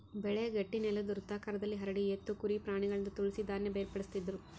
ಬೆಳೆ ಗಟ್ಟಿನೆಲುದ್ ವೃತ್ತಾಕಾರದಲ್ಲಿ ಹರಡಿ ಎತ್ತು ಕುರಿ ಪ್ರಾಣಿಗಳಿಂದ ತುಳಿಸಿ ಧಾನ್ಯ ಬೇರ್ಪಡಿಸ್ತಿದ್ರು